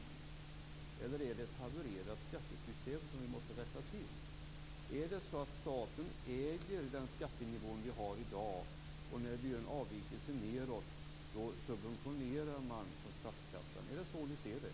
Eller är det ett havererat skattesystem som vi måste rätta till? Är det så att staten äger den skattenivå vi har i dag och när vi gör en avvikelse nedåt subventionerar man från statskassans sida? Är det så ni ser det?